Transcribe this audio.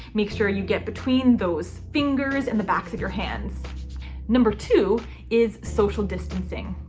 make sure you get between those fingers and the backs of your hands number two is social distancing.